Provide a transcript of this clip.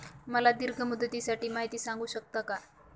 मला दीर्घ मुदतीसाठी माहिती सांगू शकता का?